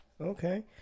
okay